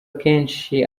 akenshi